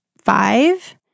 five